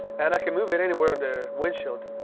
and i can move it anywhere in the windshield.